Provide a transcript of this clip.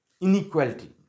inequality